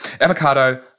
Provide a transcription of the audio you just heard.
Avocado